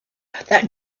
that